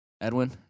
edwin